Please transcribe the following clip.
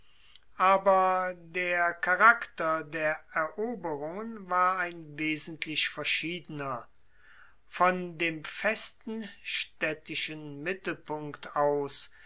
aber der charakter der eroberungen war ein wesentlich verschiedener von dem festen staedtischen mittelpunkt aus